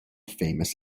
famous